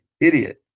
idiot